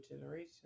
generation